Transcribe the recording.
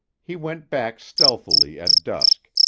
he went back stealthily at dusk,